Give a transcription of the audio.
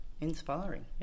Inspiring